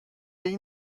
این